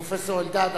פרופסור אלדד,